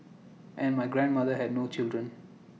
and my grandmother had no children